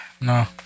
No